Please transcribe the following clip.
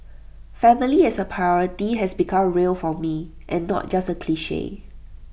family as A priority has become real for me and not just A cliche